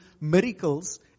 miracles